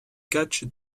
catch